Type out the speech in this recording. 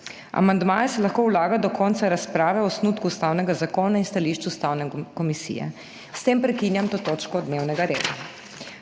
Amandmaje se lahko vlaga do konca razprave o osnutku ustavnega zakona in stališču Ustavne komisije. S tem prekinjam to točko dnevnega reda.